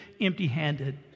empty-handed